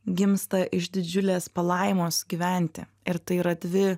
gimsta iš didžiulės palaimos gyventi ir tai yra dvi